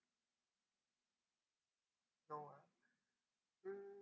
no mm